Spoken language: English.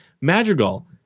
Madrigal